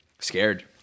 scared